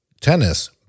tennis